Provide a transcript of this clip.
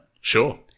Sure